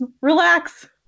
relax